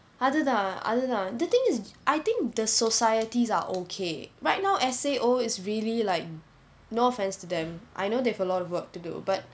அது தான் அது தான்:athu thaan athu thaan the thing is I think the societies are okay right now S_A_O is really like no offence to them I know they have a lot of work to do but